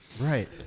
Right